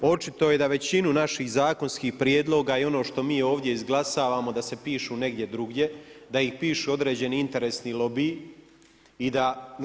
Očito je da većinu naših zakonskih prijedloga i ono što mi ovdje izglasavamo da se pišu negdje drugdje, da ih pišu određeni interesni lobiji i da.